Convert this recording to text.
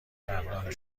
قدردان